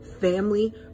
family